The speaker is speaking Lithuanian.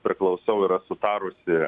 priklausau yra sutarusi